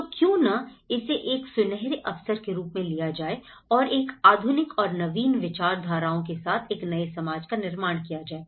तो क्यों न इसे एक सुनहरे अवसर के रूप में लिया जाए और एक आधुनिक और नवीन विचारधाराओं के साथ एक नए समाज का निर्माण किया जाए